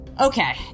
Okay